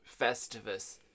festivus